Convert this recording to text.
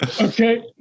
Okay